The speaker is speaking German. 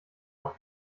auf